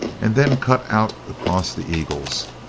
and then cut out across the eagles.